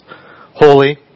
holy